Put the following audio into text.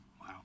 Wow